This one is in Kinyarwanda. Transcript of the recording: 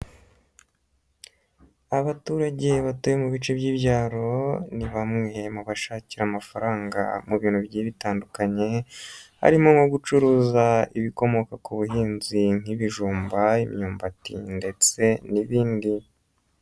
Abaturage batuye mu bice by'ibyaro ni bamwe mu bashakira amafaranga mu bintu bigiye bitandukanye harimo nko gucuruza ibikomoka ku buhinzi nk'ibijumba, imyumbati ndetse n'ibindi.